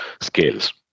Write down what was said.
scales